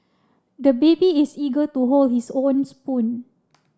the baby is eager to hold his own spoon